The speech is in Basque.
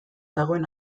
dagoen